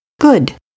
Good